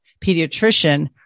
pediatrician